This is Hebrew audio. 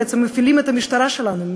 בעצם מפעילים את המשטרה שלנו,